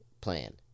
plan